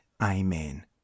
Amen